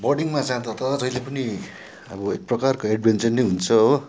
बर्डिङमा जाँदा त अब जहिले पनि अब एक प्रकारको एडभेन्चर नै हुन्छ हो